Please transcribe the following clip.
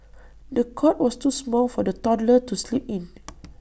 the cot was too small for the toddler to sleep in